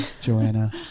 Joanna